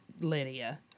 Lydia